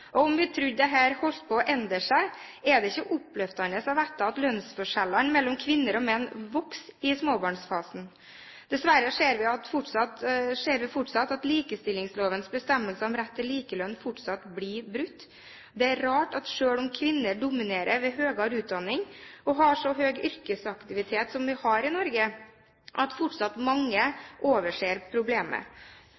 Om vi trodde dette holdt på å endre seg, er det ikke oppløftende å vite at lønnsforskjellene mellom kvinner og menn vokser i småbarnsfasen. Dessverre ser vi at likestillingslovens bestemmelser om rett til likelønn fortsatt blir brutt. Det er rart at selv om kvinner dominerer ved høyere utdanning og har så høy yrkesaktivitet som de har i Norge, overser mange fortsatt